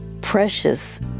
precious